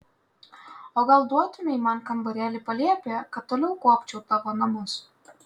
o gal duotumei man kambarėlį palėpėje kad toliau kuopčiau tavo namus